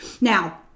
Now